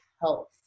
health